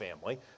family